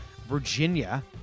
Virginia